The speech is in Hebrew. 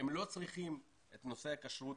הם לא צריכים את נושא הכשרות,